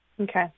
Okay